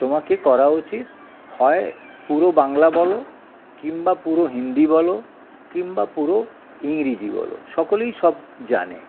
তোমাকে করা উচিত হয় পুরো বাংলা বলো কিংবা পুরো হিন্দি বলো কিংবা পুরো ইংরেজি বলো সকলেই সব জানে